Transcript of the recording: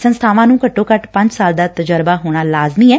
ਸੰਸਬਾਵਾਂ ਨੂ ਘੱਟੋ ਘੱਟ ਪੰਜ ਸਾਲਂ ਦਾ ਤਜਰਬਾ ਹੋਣਾ ਲਾਜ਼ਮੀ ਐ